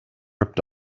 ripped